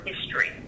history